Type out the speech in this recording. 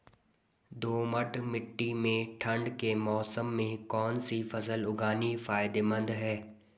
दोमट्ट मिट्टी में ठंड के मौसम में कौन सी फसल उगानी फायदेमंद है?